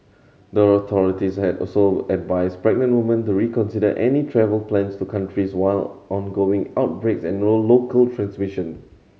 the authorities had also advised pregnant woman to reconsider any travel plans to countries while ongoing outbreaks and local transmission